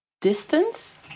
distance